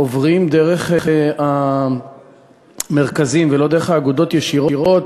עוברים דרך המרכזים ולא דרך האגודות ישירות.